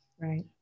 Right